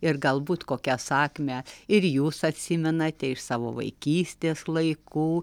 ir galbūt kokią sakmę ir jūs atsimenate iš savo vaikystės laikų